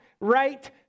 right